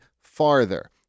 farther